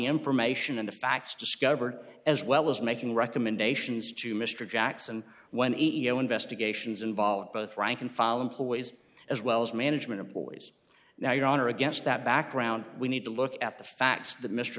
information and the facts discovered as well as making recommendations to mr jackson when investigations involved both rank and file employees as well as management employees now your honor against that background we need to look at the facts that mr